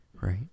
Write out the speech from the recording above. Right